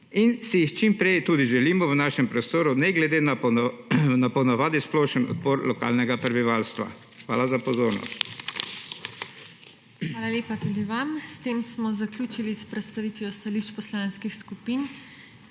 in si jih čim prej tudi želimo v našem prostoru, ne glede na po navadi splošen odpor lokalnega prebivalstva. Hvala za pozornost. PODPREDSEDNICA TINA HEFERLE: Hvala lepa tudi vam. S tem smo zaključili s predstavitvijo stališč poslanskih skupin